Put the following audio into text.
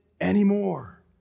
anymore